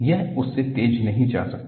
यह उससे तेज नहीं जा सकता